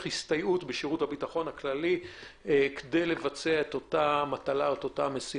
הסתייעות שבשירות הביטחון הכללי כדי לבצע את אותה המשימה.